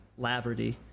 Laverty